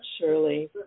surely